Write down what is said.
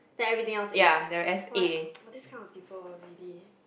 then everything else A what !wah! this kind of people really